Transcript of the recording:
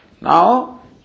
Now